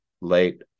late